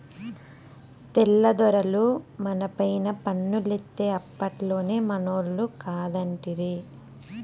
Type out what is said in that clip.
తెల్ల దొరలు మనపైన పన్నులేత్తే అప్పట్లోనే మనోళ్లు కాదంటిరి